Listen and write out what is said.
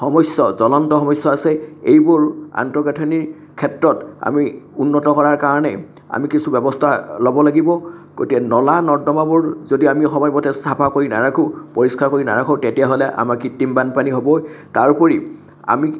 সমস্যা জ্বলন্ত সমস্যা আছে এইবোৰ আন্তঃগাঁথনিৰ ক্ষেত্ৰত আমি উন্নত কৰাৰ কাৰণে আমি কিছু ব্যৱস্থা ল'ব লাগিব গতিকে নলা নৰ্দমাবোৰ যদি আমি সময়মতে চাফা কৰি নাৰাখোঁ পৰিষ্কাৰ কৰি নাৰাখোঁ তেনেহ'লে আমাৰ কৃত্ৰিম বানপানী হ'বই তাৰোপৰি আমি